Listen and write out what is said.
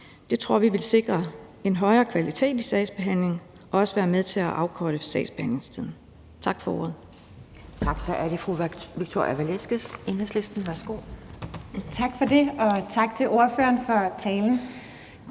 Det tror vi vil sikre en højere kvalitet i sagsbehandlingen og også være med til at afkorte sagsbehandlingstiden. Tak for ordet.